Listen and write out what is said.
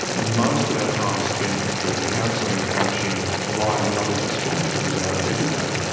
ah most of our time is spent through counselling and coaching via knowledge exchange, it's about educating,